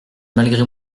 malgré